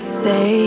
say